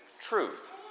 truth